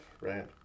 right